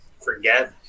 forget